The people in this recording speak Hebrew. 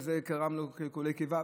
זה גרם לו לקלקולי קיבה.